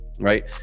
right